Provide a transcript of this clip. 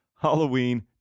Halloween